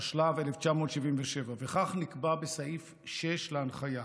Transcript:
התשל"ז 1977, וכך נקבע בסעיף 6 להנחיה: